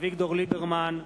אביגדור ליברמן,